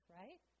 right